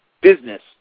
business